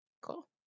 Cool